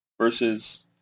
versus